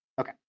Okay